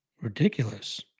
ridiculous